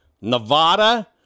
Nevada